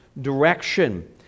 direction